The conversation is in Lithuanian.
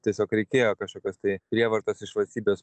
tiesiog reikėjo kažkokios tai prievartos iš valstybės